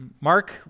Mark